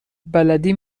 بلدی